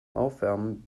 aufwärmen